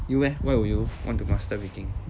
you eh what would you want to master making